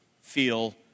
feel